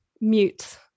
mute